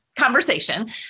conversation